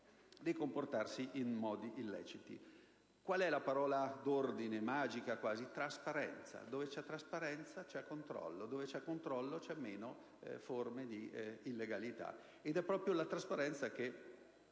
di comportarsi in modi illeciti. Qual è la parola d'ordine e magica? È trasparenza: dove c'è trasparenza, c'è controllo e dove c'è controllo ci sono meno forme di illegalità. È proprio nella trasparenza che